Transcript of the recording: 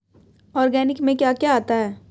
Organic में क्या क्या आता है?